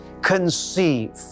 conceive